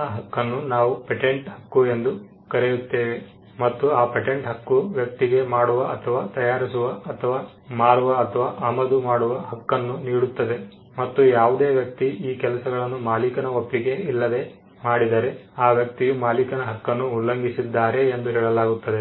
ಆ ಹಕ್ಕನ್ನು ನಾವು ಪೇಟೆಂಟ್ ಹಕ್ಕು ಎಂದು ಕರೆಯುತ್ತೇವೆ ಮತ್ತು ಆ ಪೇಟೆಂಟ್ ಹಕ್ಕು ವ್ಯಕ್ತಿಗೆ ಮಾಡುವ ಅಥವಾ ತಯಾರಿಸುವ ಅಥವಾ ಮಾರುವ ಅಥವಾ ಆಮದು ಮಾಡುವ ಹಕ್ಕನ್ನುನೀಡುತ್ತದೆ ಮತ್ತು ಯಾವುದೇ ವ್ಯಕ್ತಿ ಈ ಕೆಲಸಗಳನ್ನು ಮಾಲೀಕನ ಒಪ್ಪಿಗೆ ಇಲ್ಲದೆ ಮಾಡಿದರೆಆ ವ್ಯಕ್ತಿಯು ಮಾಲೀಕನ ಹಕ್ಕನ್ನು ಉಲ್ಲಂಘಿಸಿದ್ದಾರೆ ಎಂದು ಹೇಳಲಾಗುತ್ತದೆ